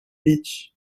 beach